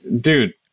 Dude